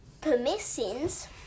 permissions